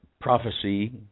Prophecy